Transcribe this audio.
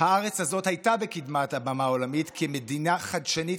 הארץ הזאת הייתה בקדמת הבמה העולמית כמדינה חדשנית,